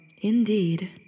Indeed